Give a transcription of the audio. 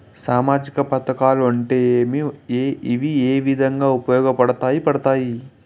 సామాజిక పథకాలు అంటే ఏమి? ఇవి ఏ విధంగా ఉపయోగపడతాయి పడతాయి?